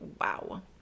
wow